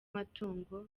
amatungo